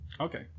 Okay